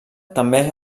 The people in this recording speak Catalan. també